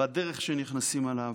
בדרך שנכנסים אליו,